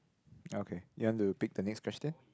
okay you want to pick the next question